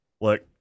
look